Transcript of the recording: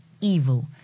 evil